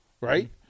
right